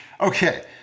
okay